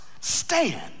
stand